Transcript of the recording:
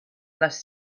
les